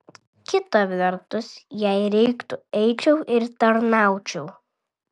kita vertus jei reiktų eičiau ir tarnaučiau